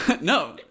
no